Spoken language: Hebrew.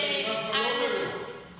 מירב בן ארי (יש עתיד): כשמירב,